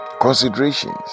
considerations